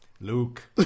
Luke